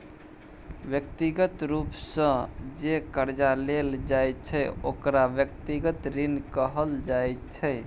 व्यक्तिगत रूप सँ जे करजा लेल जाइ छै ओकरा व्यक्तिगत ऋण कहल जाइ छै